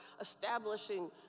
establishing